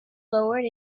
lowered